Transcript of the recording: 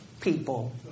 people